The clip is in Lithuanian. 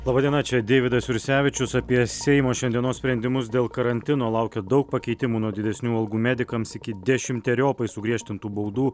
laba diena čia deividas jursevičius apie seimo šiandienos sprendimus dėl karantino laukia daug pakeitimų nuo didesnių algų medikams iki dešimteriopai sugriežtintų baudų